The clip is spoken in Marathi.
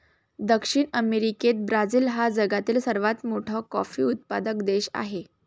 दक्षिण अमेरिकेत ब्राझील हा जगातील सर्वात मोठा कॉफी उत्पादक देश आहे